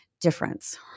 difference